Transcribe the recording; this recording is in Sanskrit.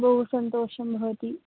बहुसन्तोषः भवति